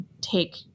take